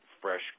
fresh